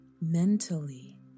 mentally